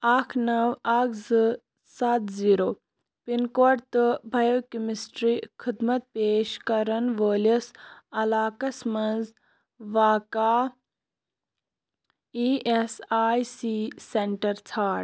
اَکھ نَو اَکھ زٕ سَتھ زیٖرو پِن کوڈ تہٕ بایو کیٚمِسٹرٛی خٔدمت پیش کَرن وٲلِس علاقس مَنٛز واقع E S I C centre ژھار